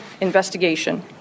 investigation